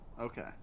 Okay